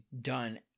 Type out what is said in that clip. done